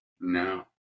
No